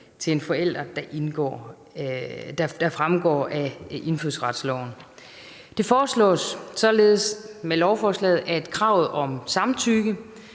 til en forælder, fremgår af indfødsretsloven. Det foreslås således med lovforslaget, at kravet om samtykke